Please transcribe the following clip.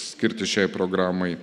skirti šiai programai